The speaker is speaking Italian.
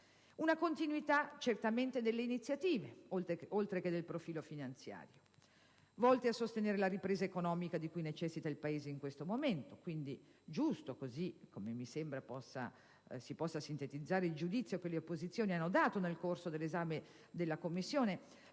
Una continuità certamente delle iniziative, oltre che del profilo finanziario, volte a sostenere la ripresa economica di cui necessita il Paese, in questo momento. Quindi, giusto - così mi sembra si possa sintetizzare il giudizio che le opposizioni hanno dato nel corso dell'esame in Commissione